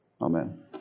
Amen